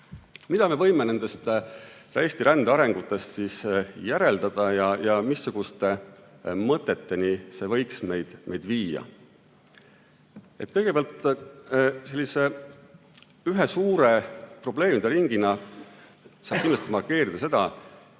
Mida me võime nendest Eesti rändearengu suundadest järeldada ja missuguste mõteteni see võiks meid viia? Kõigepealt, ühe suure probleemide ringina saab kindlasti markeerida seda,